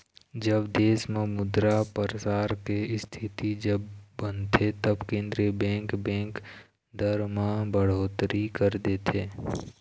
जब देश म मुद्रा परसार के इस्थिति जब बनथे तब केंद्रीय बेंक, बेंक दर म बड़होत्तरी कर देथे